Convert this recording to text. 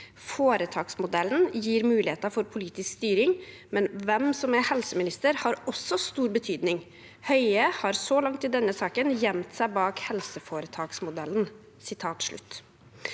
«Foretaksmodellen gir muligheter for politisk styring, men hvem som er helseminister, har også stor betydning. Høie har så langt i denne saken gjemt seg bak helseforetaksmodellen.»